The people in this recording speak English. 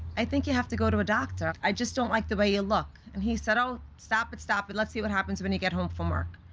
i think you have to go to a doctor. i just don't like the way you look. and he said, oh, stop it, stop it. let's see what happens when you get home from work.